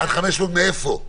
עד 500 מאיפה?